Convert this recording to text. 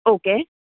okay